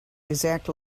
exact